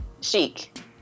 chic